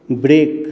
break